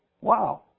Wow